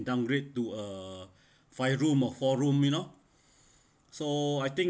downgrade to a five room or hall room you know so I think